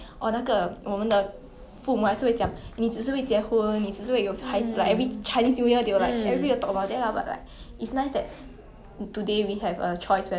but one thing I like about the show is the character of meg also like even though she was like the very typical traditional woman that got married and have a life that kind of thing